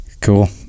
cool